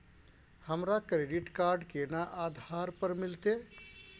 हमरा credit card केना आधार पर मिलते?